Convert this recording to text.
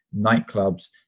nightclubs